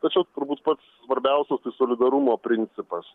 tačiau turbūt pats svarbiausias tai solidarumo principas